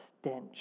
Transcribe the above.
stench